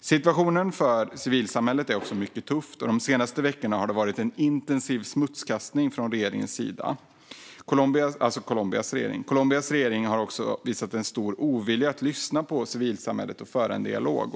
Situationen för civilsamhället är mycket tuff. De senaste veckorna har en intensiv smutskastning pågått från den colombianska regeringens sida. Colombias regering har också visat stor ovilja att lyssna på civilsamhället och föra en dialog.